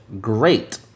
great